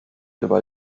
über